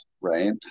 right